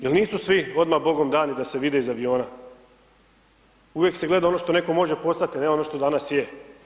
Jer nisu svi odmah Bogom dani da se vide iz aviona, uvijek se gleda ono što netko može postati a ne ono što danas je.